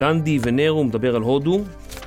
גנדי ונרו מדבר על הודו